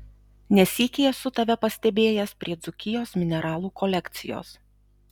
ne sykį esu tave pastebėjęs prie dzūkijos mineralų kolekcijos